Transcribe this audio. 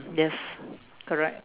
yes correct